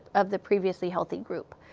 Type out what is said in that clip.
of the previously healthy group.